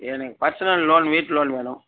எனக்கு personal loan வீட்டு loan வேணும்